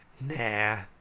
Nah